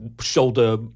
shoulder